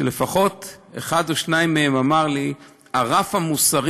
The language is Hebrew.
שלפחות אחד או שניים מהם אמר לי: הרף המוסרי